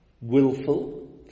willful